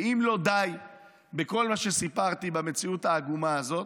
ואם לא די בכל מה שסיפרתי במציאות העגומה הזאת,